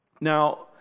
Now